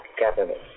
government